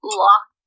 lock